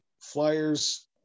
Flyers